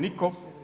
Nitko.